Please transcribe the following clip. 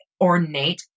ornate